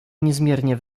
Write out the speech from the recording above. niezmiernie